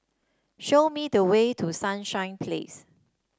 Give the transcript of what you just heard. show me the way to Sunshine Place